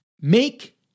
make